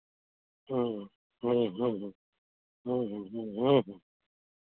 ह्म्म ह्म्म ह्म्म ह्म्म ह्म्म ह्म्म ह्म्म